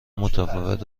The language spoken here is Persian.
متفاوت